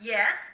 Yes